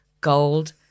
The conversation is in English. Gold